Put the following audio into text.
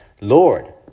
Lord